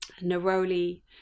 neroli